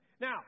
Now